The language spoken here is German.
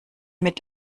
mit